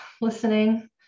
listening